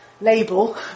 label